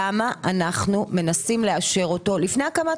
אבל אני שואלת למה אנחנו מנסים לאשר אותו לפני הקמת